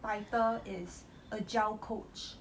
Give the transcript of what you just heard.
title is agile coach